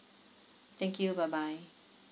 thank you bye bye